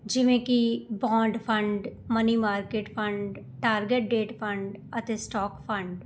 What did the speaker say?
ਜਿਵੇਂ ਕਿ bond fund money market fund target date fund ਅਤੇ ਸਟੋਕ ਫੰਡ